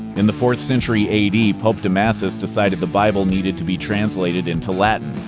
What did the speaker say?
in the fourth century a d, pope damasus decided the bible needed to be translated into latin.